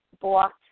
blocked